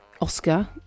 Oscar